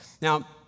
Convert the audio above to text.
Now